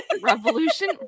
revolution